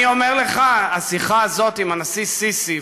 אני אומר לך: השיחה הזאת עם הנשיא א-סיסי,